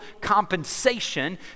compensation